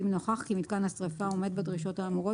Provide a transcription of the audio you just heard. אם נוכח כי מיתקן השריפה עומד בדרישות האמורות